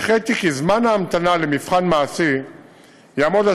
הנחיתי כי זמן ההמתנה למבחן מעשי יעמוד על